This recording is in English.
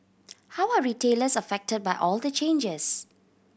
how are retailers affected by all the changes